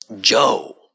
Joe